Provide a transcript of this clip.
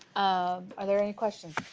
um are there any questions